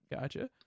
Gotcha